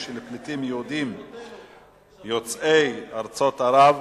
של פליטים יהודים יוצאי ארצות ערב,